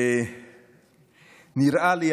נראה לי,